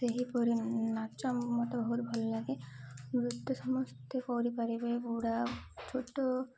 ସେହିପରି ନାଚ ମତେ ବହୁତ ଭଲ ଲାଗେ ନୃତ୍ୟ ସମସ୍ତେ କରି ପାରିବେ ବୁଢ଼ା ଛୋଟ